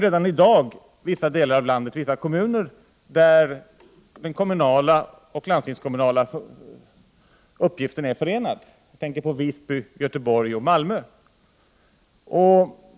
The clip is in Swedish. Redan i dag är i vissa kommuner i landet den kommunala och landstingskommunala uppgiften förenad. Jag tänker på Visby, Göteborg och Malmö.